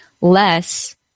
less